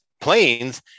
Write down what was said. planes